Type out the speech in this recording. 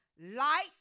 Light